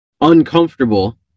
uncomfortable